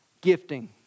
Gifting